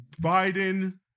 Biden